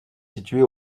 située